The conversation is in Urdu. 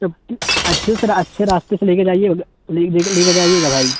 اچھے سر اچھے راستے سے لے کے جائیے لے کے جائیے گا بھائی